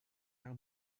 how